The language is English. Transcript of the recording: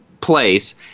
place